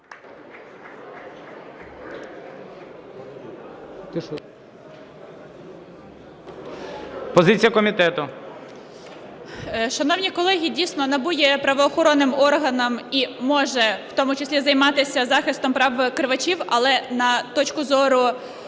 Шановні колеги, дійсно, НАБУ є правоохоронним органом і може в тому числі займатися захистом прав викривачів. Але на точку зору